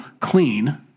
clean